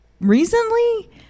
recently